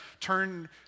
turn